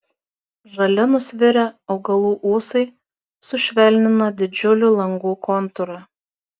žali nusvirę augalų ūsai sušvelnina didžiulių langų kontūrą